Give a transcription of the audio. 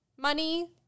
Money